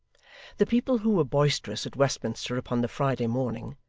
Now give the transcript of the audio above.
the people who were boisterous at westminster upon the friday morning,